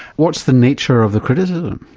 what's the nature of the criticism?